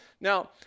Now